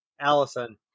allison